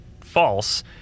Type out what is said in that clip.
false